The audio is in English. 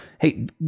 hey